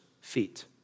feet